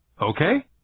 Okay